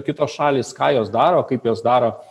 kitos šalys ką jos daro kaip jos daro